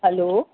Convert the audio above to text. hello